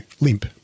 limp